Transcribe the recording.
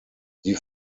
sie